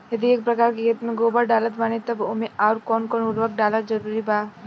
यदि एक एकर खेत मे गोबर डालत बानी तब ओमे आउर् कौन कौन उर्वरक डालल जरूरी बा?